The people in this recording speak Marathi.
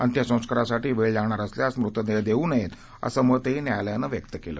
अंत्यसंस्कारासाठी वेळ लागणार असल्यास मृतदेह देऊ नयेत असं मतंही न्यायालयानं व्यक्त केलं